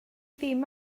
ddim